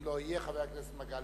אם הוא לא יהיה, חבר הכנסת מגלי